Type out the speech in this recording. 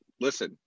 listen